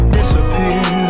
disappear